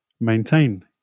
maintain